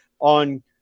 on